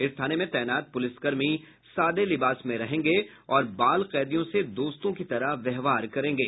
इस थाने में तैनात पुलिसकर्मी सादे लिबास में रहेंगे और बाल कैदियों से दोस्तों की तरह व्यवहार करेंगे